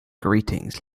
greetings